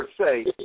say